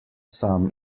sam